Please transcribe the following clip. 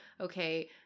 okay